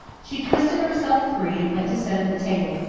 she twisted herself free and went to set up the table.